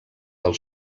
del